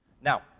Now